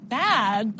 bad